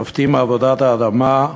שובתים מעבודת האדמה,